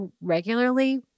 regularly